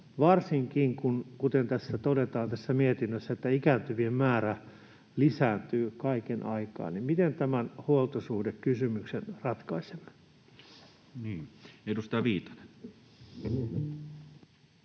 Varsinkin, kuten tässä mietinnössä todetaan, kun ikääntyvien määrä lisääntyy kaiken aikaa, miten tämän huoltosuhdekysymyksen ratkaisemme. [Speech